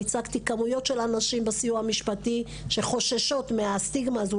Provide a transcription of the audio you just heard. אני ייצגתי כמויות של נשים בסיוע המשפטי שחוששות מהסטיגמה הזאת,